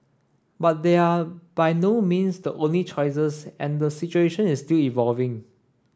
but they are by no means the only choices and the situation is still evolving